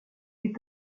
est